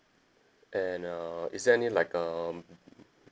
and uh is there any like um